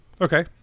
Okay